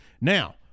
Now